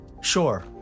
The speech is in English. Sure